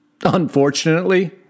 unfortunately